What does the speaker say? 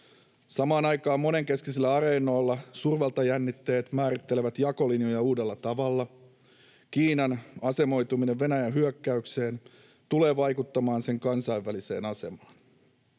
Samaan aikaan monenkeskisillä areenoilla suurvaltajännitteet määrittelevät jakolinjoja uudella tavalla. Kiinan asemoituminen Venäjän hyökkäykseen tulee vaikuttamaan sen kansainväliseen asemaan.